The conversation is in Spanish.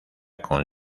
con